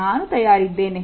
ನಾನು ತಯಾರಿದ್ದೇನೆ